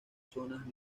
zonas